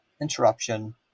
interruption